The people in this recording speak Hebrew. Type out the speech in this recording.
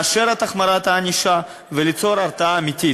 לאשר את החמרת הענישה וליצור הרתעה אמיתית.